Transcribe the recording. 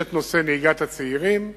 יש נושא נהיגת הצעירים,